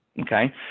Okay